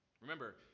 Remember